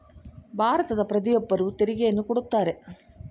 ಭಾರತದ ಪ್ರತಿಯೊಬ್ಬರು ತೆರಿಗೆಯನ್ನು ಕೊಡುತ್ತಾರೆ